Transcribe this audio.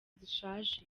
zishaje